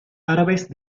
árabes